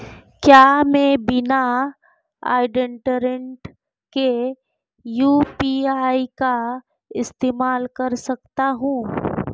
क्या मैं बिना इंटरनेट के यू.पी.आई का इस्तेमाल कर सकता हूं?